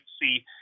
see